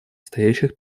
стоящих